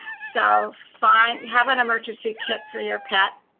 so find have an emergency kit for your pet.